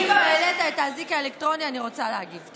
כי לא יכול להיות שממשלה מקימה משרד